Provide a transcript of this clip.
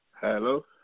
Hello